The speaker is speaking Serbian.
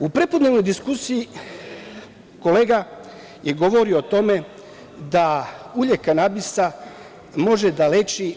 U prepodnevnoj diskusiji kolega je govorio o tome da ulje kanabisa može da leči